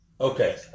Okay